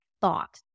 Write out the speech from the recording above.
thought